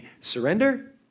Surrender